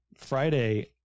Friday